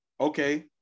Okay